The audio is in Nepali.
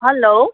हेलो